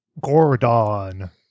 Gordon